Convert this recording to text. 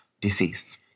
deceased